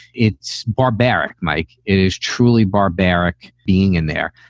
it's barbaric. mike, it is truly barbaric being in there.